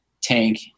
tank